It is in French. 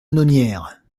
nonière